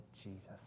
Jesus